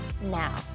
now